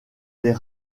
les